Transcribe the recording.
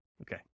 Okay